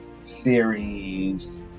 series